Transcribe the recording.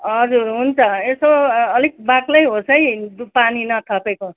हजुर हुन्छ यसो अलिक बाक्लै होस् है दुध पानी नथपेको